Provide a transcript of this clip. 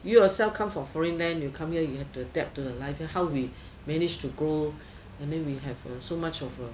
you yourself come from foreign land you come here you have to adapt to life and how we manage to grow and then we have so much of a